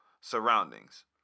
surroundings